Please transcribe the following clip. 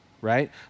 right